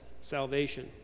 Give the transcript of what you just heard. salvation